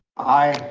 aye.